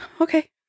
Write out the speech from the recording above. okay